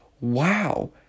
wow